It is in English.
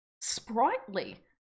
sprightly